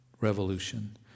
Revolution